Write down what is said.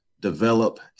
develop